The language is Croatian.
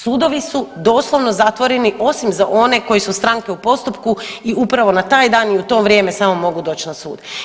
Sudovi su doslovno zatvoreni osim za one koji su stranke u postupku i upravo na taj dan i u to vrijeme samo mogu doć na sud.